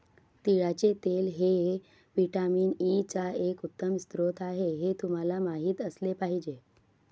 तिळाचे तेल हे व्हिटॅमिन ई चा एक उत्तम स्रोत आहे हे तुम्हाला माहित असले पाहिजे